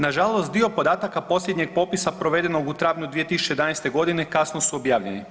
Nažalost dio podataka posljednjeg popisa provedenog u travnju 2011.g. kasno su objavljeni.